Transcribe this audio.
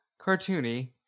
cartoony